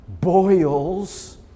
boils